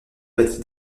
bâtie